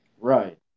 Right